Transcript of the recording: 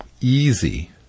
easy